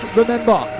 remember